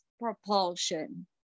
propulsion